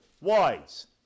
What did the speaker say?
wise